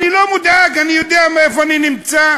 אני לא מודאג, אני יודע איפה אני נמצא.